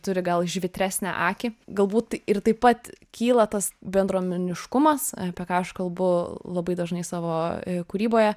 turi gal žvitresnę akį galbūt ir taip pat kyla tas bendruomeniškumas apie ką aš kalbu labai dažnai savo kūryboje